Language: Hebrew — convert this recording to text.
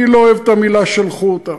אני לא אוהב את המילים "שלחו אותם".